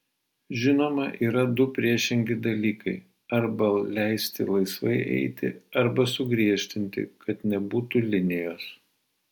žinoma yra du priešingi dalykai arba leisti laisvai eiti arba sugriežtinti kad nebūtų linijos